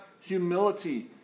humility